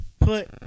put